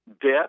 Debt